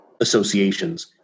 associations